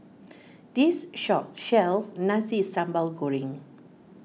this shop sells Nasi Sambal Goreng